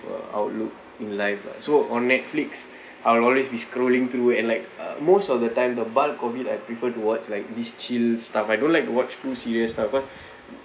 uh outlook in life lah so on Netflix I'll always be scrolling through and like uh most of the time the bulk of COVID I preferred to watch like these chill stuff I don't like to watch too serious stuff cause